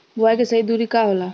बुआई के सही दूरी का होला?